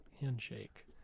handshake